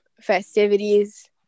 festivities